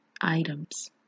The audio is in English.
items